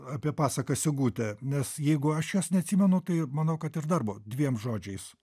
apie pasaką sigutė nes jeigu aš jos neatsimenu tai manau kad ir darbo dviem žodžiais